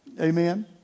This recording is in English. Amen